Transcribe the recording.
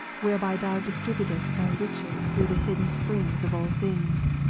whereby thou distributest thy riches through the hidden springs of all things.